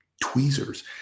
tweezers